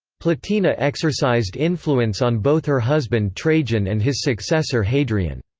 plotina exercised influence on both her husband trajan and his successor hadrian.